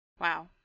Wow